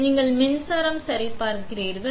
எனவே நீங்கள் மின்சாரம் சரிபார்க்கிறீர்கள்